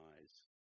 eyes